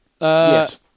Yes